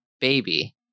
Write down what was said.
baby